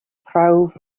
prawf